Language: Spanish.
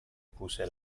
puse